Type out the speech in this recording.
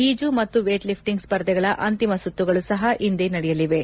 ಈಜು ಮತ್ತು weight lifting ಸ್ಪರ್ಧೆಗಳ ಅಂತಿಮ ಸುತ್ತುಗಳು ಸಹ ಇಂದೇ ನಡೆಯಲಿವೆ